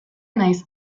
nahiz